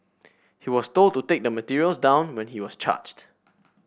he was told to take the materials down when he was charged